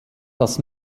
das